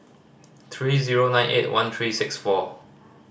three zero nine eight one three six four